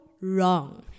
wrong